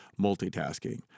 multitasking